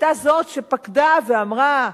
היתה זאת שפקדה ואמרה: